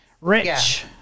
Rich